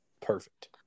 Perfect